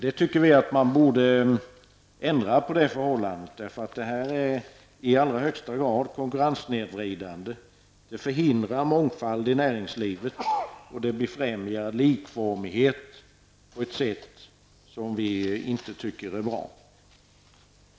Det är ett förhållande som vi tycker bör ändras. Det är i allra högsta grad konkurrenssnedvridande, förhindrar mångfald i näringslivet och befrämjar likformighet på ett sätt som vi inte tycker är bra.